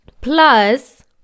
plus